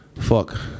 Fuck